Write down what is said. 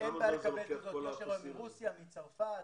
אין בעיה לקבל ברוסיה, בצרפת,